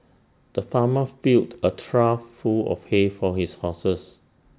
the farmer filled A trough full of hay for his horses